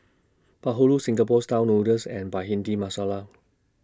Bahulu Singapore Style Noodles and Bhindi Masala